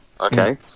Okay